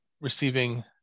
receiving